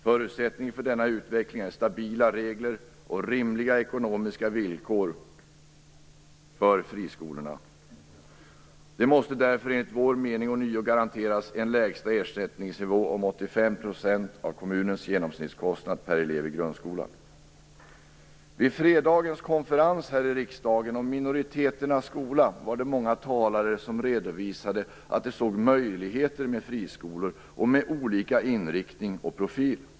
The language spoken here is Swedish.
Förutsättningen för denna utveckling är stabila regler och rimliga ekonomiska villkor för friskolorna. De måste därför enligt vår mening ånyo garanteras en lägsta ersättningsnivå om 85 % av kommunens genomsnittskostnad per elev i grundskolan. Vid fredagens konferens här i riksdagen om minoriteternas skola var det många talare som redovisade att de såg möjligheter med friskolor med olika inriktning och profil.